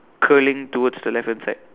curling towards the left hand side